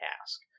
task